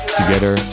together